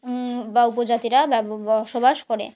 বা উপজাতিরা বসবাস করে